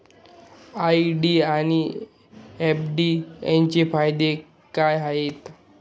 RD आणि FD यांचे फायदे काय आहेत?